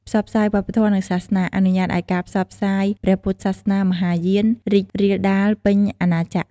ផ្សព្វផ្សាយវប្បធម៌ និងសាសនា អនុញ្ញាតឲ្យការផ្សព្វផ្សាយព្រះពុទ្ធសាសនាមហាយានរីករាលដាលពេញអាណាចក្រ។